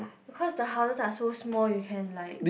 because the houses are so small you can like